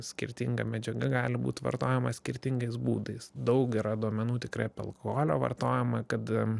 skirtinga medžiaga gali būt vartojama skirtingais būdais daug yra duomenų tikrai apie alkoholio vartojimą kad